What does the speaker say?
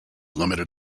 limited